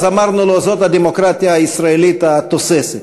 אז אמרנו לו: זאת הדמוקרטיה הישראלית התוססת.